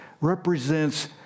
represents